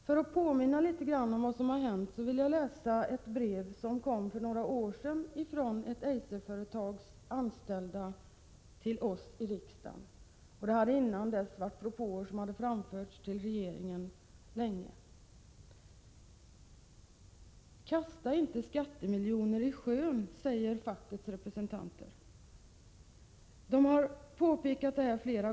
För att något påminna om vad som förevarit vill jag citera ur ett brev som för några år sedan kom till oss här i riksdagen från ett Eiserföretags anställda. Brevet hade föregåtts av upprepade propåer till regeringen. ”Kasta inte skattemiljoner i sjön!” börjar de fackliga representanterna sitt brev.